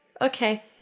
Okay